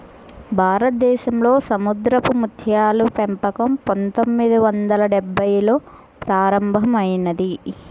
భారతదేశంలో సముద్రపు ముత్యాల పెంపకం పందొమ్మిది వందల డెభ్భైల్లో ప్రారంభంలో ప్రారంభమైంది